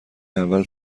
اول